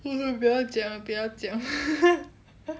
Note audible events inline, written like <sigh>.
不要讲了不要讲 <laughs>